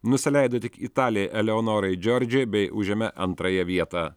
nusileido tik italei eleonorai džordžijai bei užėmė antrąją vietą